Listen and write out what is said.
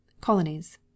COLONIES